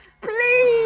Please